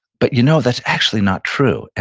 but you know that's actually not true,